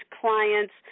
clients